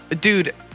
Dude